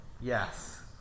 Yes